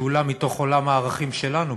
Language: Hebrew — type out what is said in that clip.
שאולה מתוך עולם הערכים שלנו,